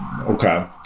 Okay